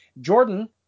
Jordan